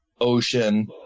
ocean